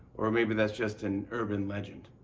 or maybe that's just an urban legend.